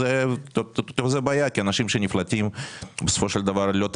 זאת בעיה כי אנשים שנפלטים אין להם